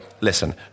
listen